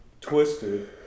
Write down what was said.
twisted